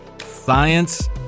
Science